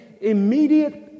immediate